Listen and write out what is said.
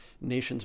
nations